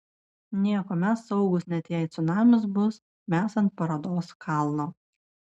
nieko mes saugūs net jei cunamis bus mes ant parodos kalno